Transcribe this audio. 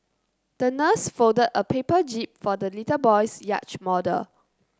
the nurse folded a paper jib for the little boy's yacht model